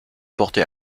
portée